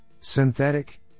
synthetic